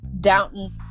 Downton